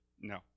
no